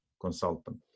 consultant